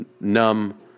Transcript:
Numb